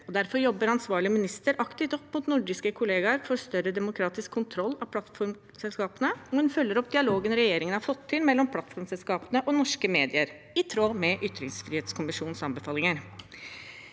Derfor jobber ansvarlig minister aktivt opp mot nordiske kollegaer for større demokratisk kontroll av plattformselskapene, men følger opp dialogen regjeringen har fått til mellom plattformselskapene og norske medier, i tråd med ytringsfrihetskommisjonens anbefalinger.